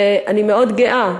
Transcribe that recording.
אני מאוד גאה,